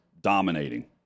dominating